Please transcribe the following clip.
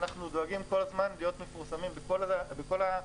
אנחנו דואגים כל הזמן להיות מפורסמים בכל המדיות.